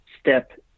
step